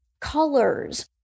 colors